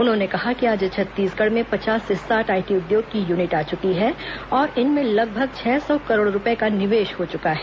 उन्होने कहा कि आज छत्तीसगढ़ में पचास से साठ आईटी उद्योग की यूनिट आ चुकी है और इनमें लगभग छह सौ करोड़ रूपए का निवेश हो चुका है